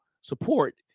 support